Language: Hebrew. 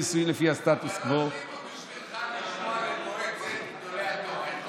אבל לא יושבים פה בשבילך לשמוע למועצת גדולי התורה.